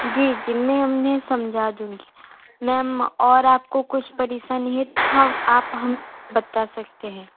जी जी मै उन्हें समझा दूँगी मैम और आपको कुछ परेशानी है हम आप हमें बता सकते हैं